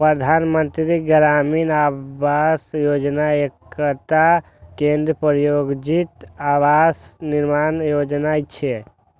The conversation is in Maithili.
प्रधानमंत्री ग्रामीण आवास योजना एकटा केंद्र प्रायोजित आवास निर्माण योजना छियै